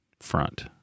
front